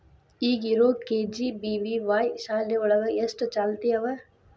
ಈಗ ಇರೋ ಕೆ.ಜಿ.ಬಿ.ವಿ.ವಾಯ್ ಶಾಲೆ ಒಳಗ ಎಷ್ಟ ಚಾಲ್ತಿ ಅವ?